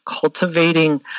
cultivating